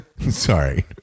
Sorry